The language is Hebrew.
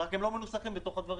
הם רק לא מנוסחים בתוך הדברים.